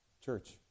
church